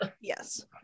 yes